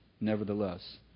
nevertheless